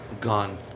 Gone